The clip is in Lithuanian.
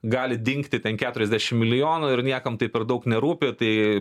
gali dingti ten keturiasdešimt milijonų ir niekam tai per daug nerūpi tai